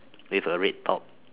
with a red top